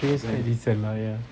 three years quite recent lah ya